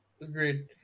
Agreed